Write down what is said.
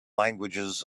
languages